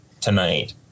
tonight